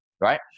right